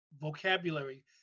vocabulary